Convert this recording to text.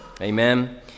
Amen